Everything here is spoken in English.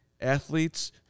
Athletes